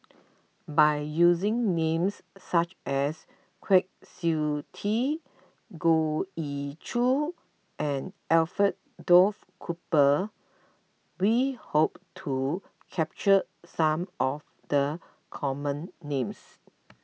by using names such as Kwa Siew Tee Goh Ee Choo and Alfred Duff Cooper we hope to capture some of the common names